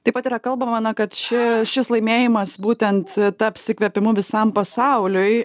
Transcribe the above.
taip pat yra kalbama na kad ši šis laimėjimas būtent taps įkvėpimu visam pasauliui